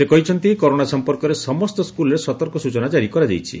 ସେ କହିଛନ୍ତି କରୋନା ସମ୍ପର୍କରେ ସମସ୍ତ ସ୍କୁଲରେ ସତର୍କ ସ୍ଚନା ଜାରି କରାଯାଇଛି